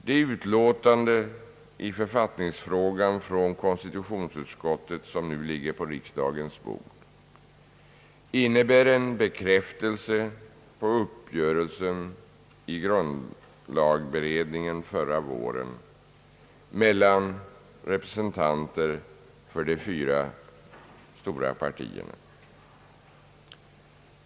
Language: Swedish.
Det betänkande i författningsfrågan från konstitutionsutskottet som nu ligger på riksdagens bord innebär en bekräftelse på uppgörelsen i grundlagberedningen förra våren mellan representanter för de fyra stor partierna.